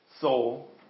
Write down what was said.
soul